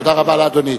תודה רבה לאדוני.